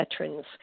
veterans